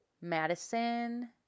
Madison